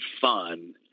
fun